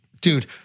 Dude